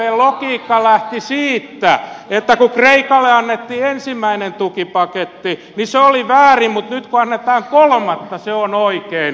sdpn logiikka lähti siitä että kun kreikalle annettiin ensimmäinen tukipaketti niin se oli väärin mutta nyt kun annetaan kolmatta se on oikein